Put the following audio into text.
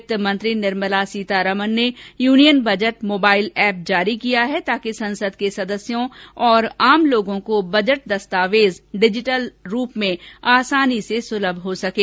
वित्त मंत्री निर्मला सीतारमन ने यूनियन बजट मोबाइल एप जारी किया है ताकि ससंद के सदस्यों और आम लोगों को बजट दस्तावेज डिजिटल रूप में आसानी से सुलम हो सकें